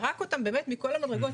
זרק אותם מכל המדרגות,